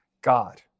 God